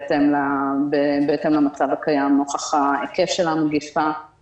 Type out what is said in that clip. יחסית, בהתאם למצב הקיים נוכח ההיקף של המגיפה.